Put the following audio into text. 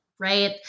Right